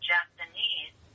Japanese